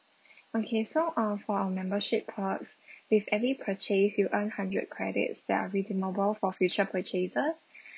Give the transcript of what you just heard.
okay so uh for our membership perks with any purchase you earn hundred credits that are redeemable for future purchases